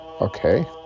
okay